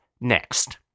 next